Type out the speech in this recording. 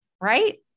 right